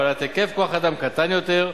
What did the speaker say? בעלת היקף כוח-אדם קטן יותר,